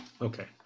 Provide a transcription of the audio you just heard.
Okay